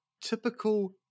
typical